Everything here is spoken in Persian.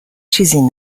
چیزی